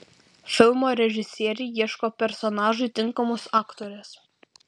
filmo režisieriai ieško personažui tinkamos aktorės